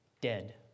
Dead